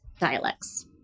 dialects